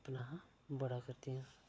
अपना बड़ा करदियां